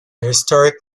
historic